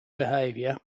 behaviour